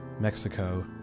Mexico